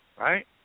Right